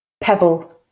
Pebble